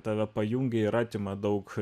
tave pajungia ir atima daug